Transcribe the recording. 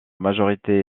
majorité